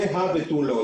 זה ותו לא.